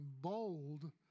bold